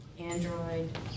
Android